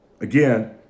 again